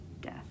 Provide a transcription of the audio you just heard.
death